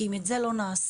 כי אם את זה לא נעשה,